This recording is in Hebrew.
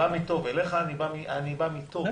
אני בא מטוב.